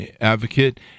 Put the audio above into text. advocate